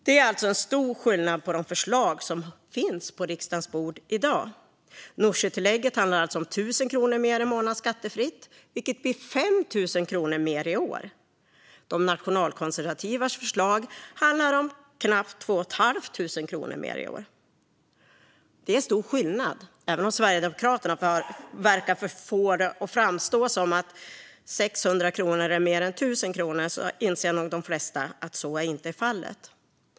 Det är alltså stor skillnad på de förslag som ligger på riksdagens bord. Nooshitillägget handlar om 1 000 kronor mer i månaden skattefritt, vilket ger 5 000 kronor mer i år. De nationalkonservativas förslag handlar om knappt 2 500 kronor mer i år. Även om Sverigedemokraterna vill få det att framstå som att 600 kronor är mer än 1 000 inser nog de flesta att så inte är fallet.